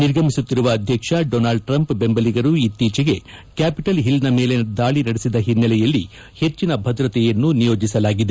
ನಿರ್ಗಮಿಸುತ್ತಿರುವ ಅಧ್ಯಕ್ಷ Donald Trump ಬೆಂಬಲಿಗರು ಇತ್ತೀಚೆಗೆ ಕ್ಯಾಪಿಟಲ್ ಹಿಲ್ನ ಮೇಲೆ ದಾಳಿ ನಡೆಸಿದ ಹಿನ್ನೆಲೆಯಲ್ಲಿ ಹೆಚ್ಚಿನ ಭದ್ರತೆಯನ್ನು ನಿಯೋಜಿಸಲಾಗಿದೆ